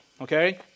Okay